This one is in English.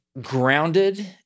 grounded